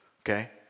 Okay